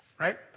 Right